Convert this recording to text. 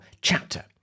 chapter